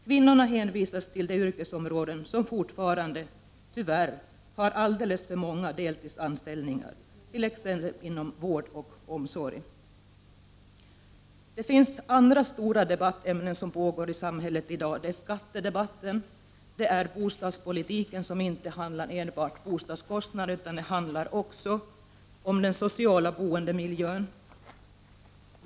Kvinnorna hänvisas till de yrkesområden som fortfarande tyvärr har alldeles för många deltidsanställningar, t.ex. inom vård och omsorg. Det finns andra stora frågor som debatteras i samhället i dag. Det gäller skatterna, och det är bostadspolitiken, som inte enbart handlar om boendekostnaderna utan även om den sociala boendemiljön.